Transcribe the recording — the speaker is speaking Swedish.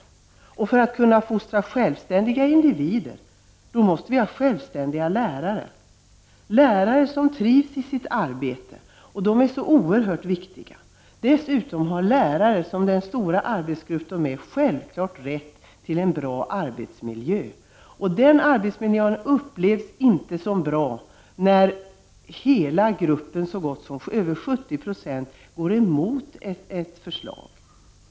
För att eleverna skall kunna fostras till självständiga individer måste det finnas självständiga lärare, lärare som trivs i sitt arbete. De är oerhört viktiga. Dessutom har lärare som den stora arbetsgrupp de är en självklar rätt till en bra arbetsmiljö. Arbetsmiljön i skolan upplevs inte som bra, när över 70 90 av denna stora arbetsgrupp går emot de förslag som föreligger.